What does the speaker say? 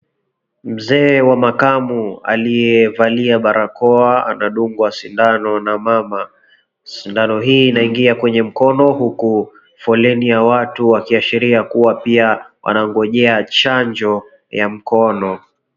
Mzee wa makamo aliyevalia barakoa anadungwa sindano na mama, sindano hii inaingia kwenye mkono huku foleni ya watu wakiashiria kuwa wanangojea chanjo ya mkono.